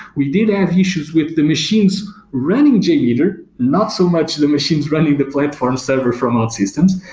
we did have issues with the machines running jmeter. not so much the machines running the platform server from outsystems,